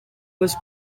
was